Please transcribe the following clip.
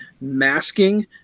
masking